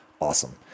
awesome